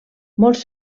molts